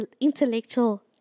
intellectual